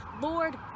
lord